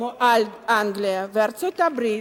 כמו אנגליה וארצות-הברית,